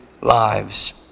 lives